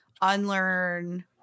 unlearn